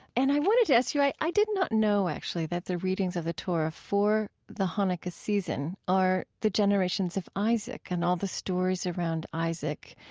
and i wanted to ask you, i i did not know actually that the readings of the torah for the hanukkah season are the generations of isaac and all the stories around isaac.